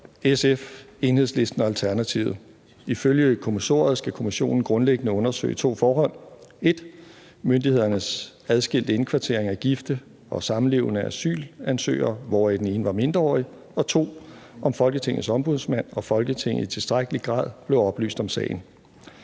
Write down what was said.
SF, Enhedslisten og Alternativet. Ifølge kommissoriet skal kommissionen grundlæggende undersøge to forhold: 1) myndighedernes adskilte indkvartering af gifte og samlevende asylansøgere, hvor den ene var mindreårig, og 2) om Folketingets Ombudsmand og Folketinget i tilstrækkelig grad blev oplyst om sagen.